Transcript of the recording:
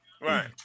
right